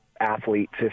athletes